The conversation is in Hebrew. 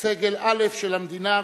סגל א' של המדינה,